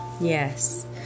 Yes